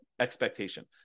expectation